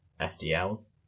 SDLs